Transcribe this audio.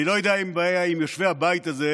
אני לא יודע אם יושבי הבית הזה,